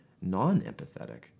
non-empathetic